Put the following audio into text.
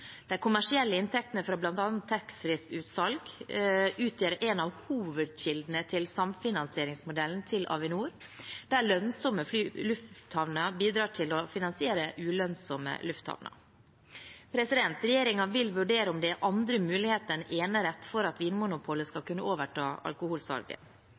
De kommersielle inntektene fra bl.a. taxfree-utsalg utgjør en av hovedkildene til samfinansieringsmodellen til Avinor, der lønnsomme lufthavner bidrar til å finansiere ulønnsomme lufthavner. Regjeringen vil vurdere om det er andre muligheter enn enerett for at Vinmonopolet skal kunne overta alkoholsalget.